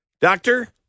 doctor